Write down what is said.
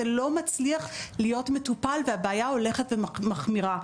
לא מצליח להיות מטופל והבעיה הולכת ומחמירה.